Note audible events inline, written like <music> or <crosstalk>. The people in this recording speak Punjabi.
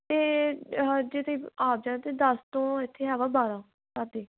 ਅਤੇ ਅਹ ਜਿਹੜੀ <unintelligible> ਦਸ ਤੋਂ ਇੱਥੇ ਹੈਗਾ ਬਾਰਾਂ ਰਾਤੀਂ